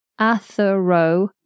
athero